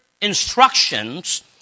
instructions